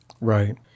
Right